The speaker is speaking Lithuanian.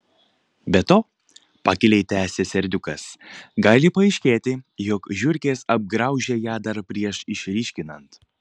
be to pakiliai tęsė serdiukas gali paaiškėti jog žiurkės apgraužė ją dar prieš išryškinant